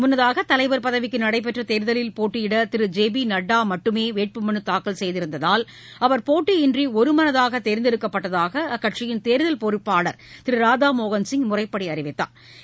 முன்னதாக தலைவர் பதவிக்கு நடைபெற்ற தேர்தலில் போட்டியிட திரு ஜெ பி நட்டா மட்டுமே வேட்புமனு தாக்கல் செய்திருந்ததால் அவர் போட்டியின்றி ஒருமனதாக தோ்ந்தெடுக்கப்பட்டதாக அக்கட்சியின் தோ்தல் பொறுப்பாளர் திரு ராதாமோகன்சிங் முறைப்படி அறிவித்தாா்